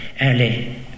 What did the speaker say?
early